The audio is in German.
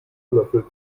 löffel